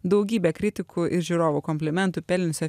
daugybė kritikų ir žiūrovų komplimentų pelniusio